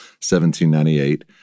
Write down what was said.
1798